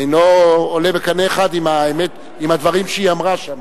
אינו עולה בקנה אחד עם הדברים שהיא אמרה שם.